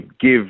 give